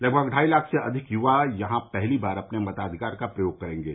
लगभग ढाई लाख से अधिक युवा यहां पहली बार अपने मताधिकार का प्रयोग करेंगे